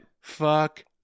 fuck